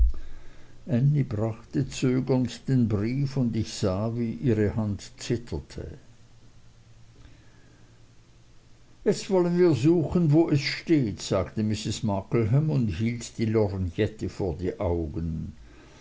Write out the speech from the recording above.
ännie brachte zögernd den brief und ich sah wie ihre hand zitterte jetzt wollen wir suchen wo es steht sagte mrs markleham und hielt die lorgnette vor die augen